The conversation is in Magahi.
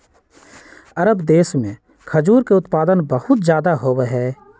अरब देश में खजूर के उत्पादन बहुत ज्यादा होबा हई